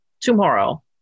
tomorrow